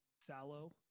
Sallow